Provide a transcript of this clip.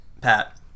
Pat